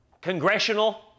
congressional